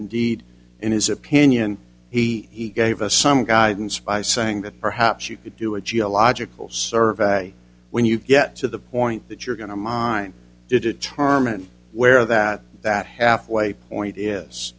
indeed in his opinion he gave us some guidance by saying that perhaps you could do a geological survey when you get to the point that you're going to mine to determine where that that halfway point